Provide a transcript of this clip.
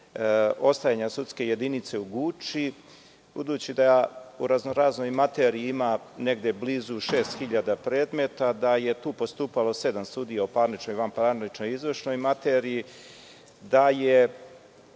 ostajanja sudske jedinice u Guči. Budući da u raznoraznoj materiji ima negde blizu 6.000 predmeta, da je tu postupalo sedam sudija u parničnoj, vanparničnoj i izvršnoj materiji, da je